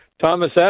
Thomas